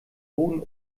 boden